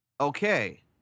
okay